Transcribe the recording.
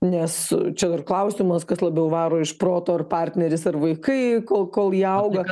nes čia dar klausimas kas labiau varo iš proto ar partneris ar vaikai kol kol jie auga